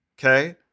okay